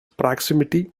proximity